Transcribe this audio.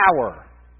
power